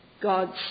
God's